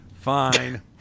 Fine